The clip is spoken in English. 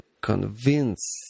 convince